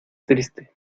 triste